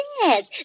Yes